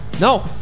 No